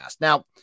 Now